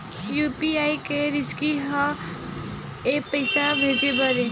UPI का रिसकी हंव ए पईसा भेजे बर?